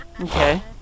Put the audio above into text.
Okay